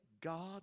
God